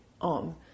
on